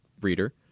reader